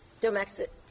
domestic